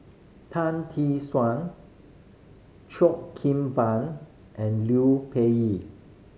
Tan Tee Suan Cheo Kim Ban and Liu